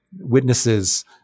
witnesses